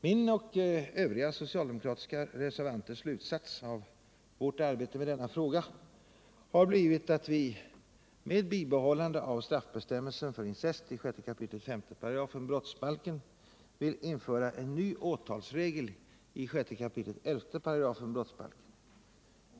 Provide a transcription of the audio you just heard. Min och övriga socialdemokratiska reservanters slutsats av vårt arbete med denna fråga har blivit att vi, med bibehållande av straffbestämmelsen för incest i 6 kap. 5§ brottsbalken, vill införa en ny åtalsregel i 6 kap. 11§ brottsbalken.